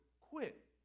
quit